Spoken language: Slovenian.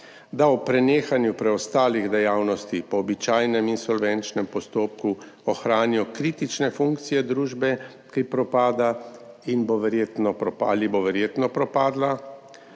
da ob prenehanju preostalih dejavnosti po običajnem insolvenčnem postopku ohranijo kritične funkcije družbe, ki propada ali bo verjetno propadla,